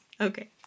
Okay